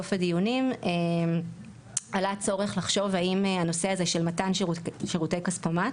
סוף הדיונים עלה הצורך לחשוב האם הנושא של מתן שירותי כספומט,